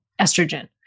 estrogen